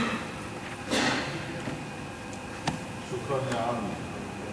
ההצעה להעביר את הנושא